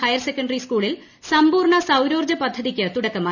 higher secondary സ്ക്കൂളിൽ സമ്പൂർണ്ണ സൌരോർജ്ജ പദ്ധതിക്ക് തുടക്കമായി